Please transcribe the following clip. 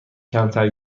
کمتر